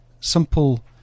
simple